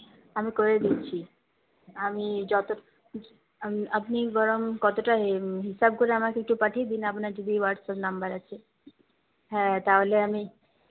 আমি করে দিচ্ছি আমি আপনি বরং কতটা হিসাব করে আমাকে একটু পাঠিয়ে দিন আপনার যদি হোয়াটসঅ্যাপ নাম্বার আছে হ্যাঁ তাহলে আমি